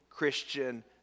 Christian